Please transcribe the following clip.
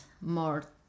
more